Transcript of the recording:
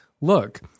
look